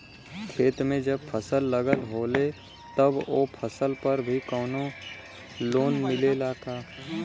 खेत में जब फसल लगल होले तब ओ फसल पर भी कौनो लोन मिलेला का?